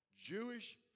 Jewish